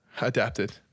adapted